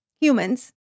humans